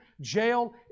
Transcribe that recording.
jail